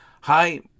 Hi